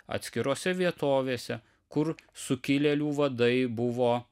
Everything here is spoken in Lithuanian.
atskirose vietovėse kur sukilėlių vadai buvo